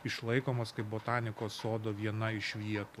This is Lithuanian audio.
išlaikomas kaip botanikos sodo viena iš vietų